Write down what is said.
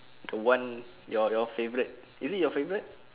the one your your favourite is it your favourite